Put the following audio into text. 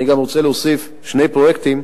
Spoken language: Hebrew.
אני גם רוצה להוסיף שני פרויקטים,